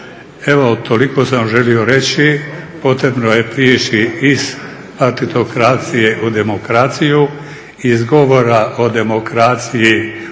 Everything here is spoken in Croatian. Evo toliko sam želio reći. Potrebno je prijeći iz partitokracije u demokraciju, iz govora o demokraciji u